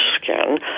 skin